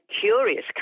curious